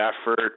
effort